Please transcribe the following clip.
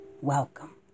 welcome